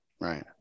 Right